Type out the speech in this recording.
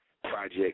project